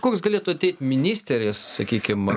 koks galėtų ateik ministeris sakykime